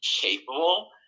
capable